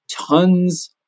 tons